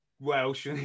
Welsh